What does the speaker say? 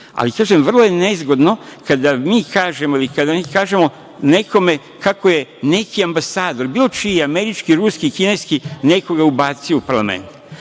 ali, kažem, vrlo je nezgodno kada mi kažemo ili kada oni kažu nekome kako je neki ambasador, bilo čiji, američki, ruski, kineski, nekoga ubacio u parlament.